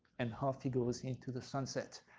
and off he goes into the sunset.